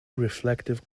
reflective